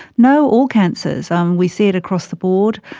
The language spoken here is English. no, all cancers, um we see it across the board,